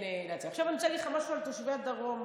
עכשיו אני רוצה להגיד משהו על תושבי הדרום.